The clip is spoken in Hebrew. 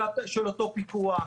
של אותו פיקוח,